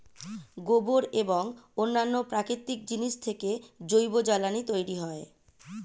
গোবর এবং অন্যান্য প্রাকৃতিক জিনিস থেকে জৈব জ্বালানি তৈরি হয়